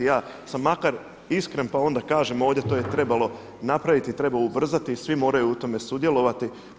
Ja sam makar iskren pa onda kažem ovdje to je trebalo napraviti, treba ubrzati i svi moraju u tome sudjelovati.